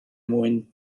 mwy